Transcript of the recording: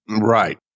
Right